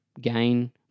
gain